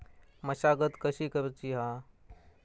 मशागत कशी करूची हा?